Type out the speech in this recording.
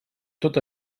tot